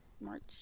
March